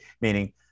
Meaning